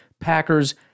Packers